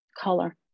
color